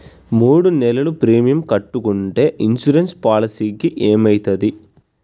మూడు నెలలు ప్రీమియం కట్టకుంటే ఇన్సూరెన్స్ పాలసీకి ఏమైతది?